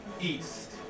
east